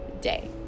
day